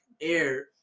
air